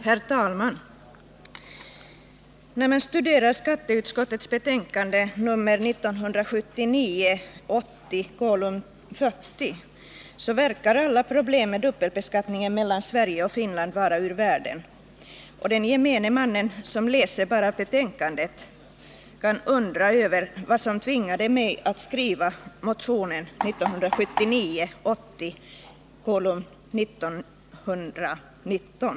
Herr talman! När man studerar skatteutskottets betänkande 1979 80:1919.